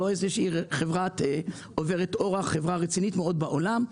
לא של איזושהי חברה עוברת אורח אלא חברה רצינית בעולם,